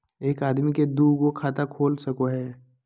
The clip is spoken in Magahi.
एक आदमी के दू गो खाता खुल सको है?